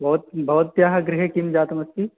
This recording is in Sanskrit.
भवत्याः गृहे किं जातमस्ति